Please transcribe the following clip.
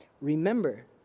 Remember